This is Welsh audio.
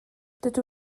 dydw